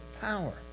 power